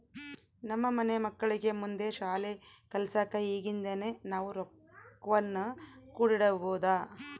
ನಮ್ಮ ಮನೆ ಮಕ್ಕಳಿಗೆ ಮುಂದೆ ಶಾಲಿ ಕಲ್ಸಕ ಈಗಿಂದನೇ ನಾವು ರೊಕ್ವನ್ನು ಕೂಡಿಡಬೋದು